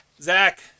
zach